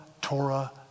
Torah